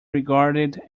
regarded